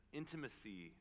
intimacy